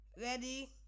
ready